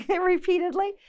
Repeatedly